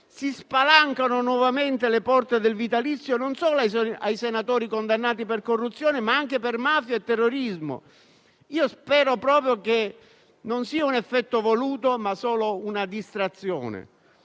si spalancano nuovamente le porte del vitalizio ai senatori condannati non solo per corruzione, ma anche per mafia e terrorismo. Spero proprio che non sia un effetto voluto, ma solo una distrazione.